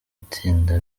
itsinda